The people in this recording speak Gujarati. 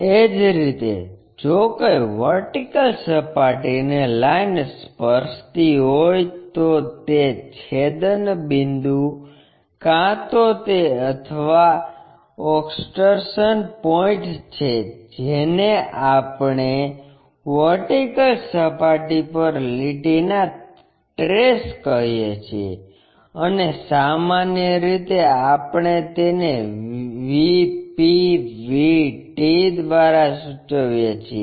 એ જ રીતે જો કોઈ વર્ટિકલ સપાટીને લાઈન સ્પર્શતી હોય તો છેદન બિંદુ કાં તો તે અથવા એક્સ્ટેંશન પોઇન્ટ છે જેને આપણે વર્ટીકલ સપાટી પર લીટીના ટ્રેસ કહીએ છીએ અને સામાન્ય રીતે આપણે તેને VP VT દ્વારા સૂચવીએ છીએ